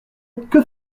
que